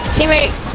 Teammate